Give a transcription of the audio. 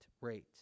rate